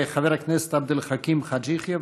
חבר הכנסת עבד אל חכים חאג' יחיא,